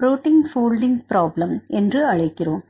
protein folding problem என்று அழைக்கிறோம்